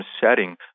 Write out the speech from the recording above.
setting